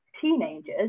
teenagers